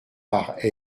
par